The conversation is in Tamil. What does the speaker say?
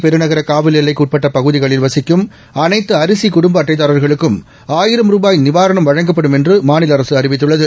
பெருநகர காவல் எல்லைக்கு உட்பட்ட பகுதிகளில் வசிக்கும் அனைத்து சென்னை குடும்ப அரிசி அட்டைதார்களுக்கு ஆயிரம் ரூபாய் நிவாரணம் வழங்கப்படும் என்றும் மாநில அரசு அறிவித்துள்ளது